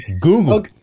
Google